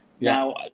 Now